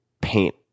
paint